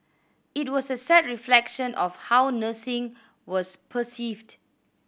it was a sad reflection of how nursing was perceived